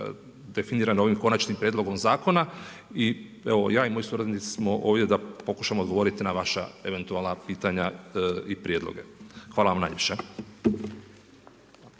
definirane ovim Konačnim prijedlogom zakona. I evo ja i moji suradnici smo ovdje da pokušamo odgovoriti na vaša eventualna pitanja i prijedloge. Hvala vam najljepša.